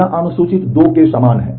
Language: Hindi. इसलिए यह अनुसूचित 2 के समान है